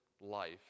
life